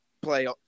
play